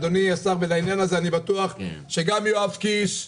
אדוני השר ולעניין הזה אני בטוח שגם יואב קיש,